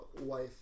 wife